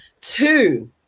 Two